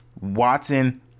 Watson